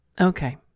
Okay